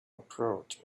approach